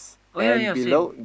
oh ya ya ya same